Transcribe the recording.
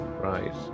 right